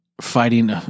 fighting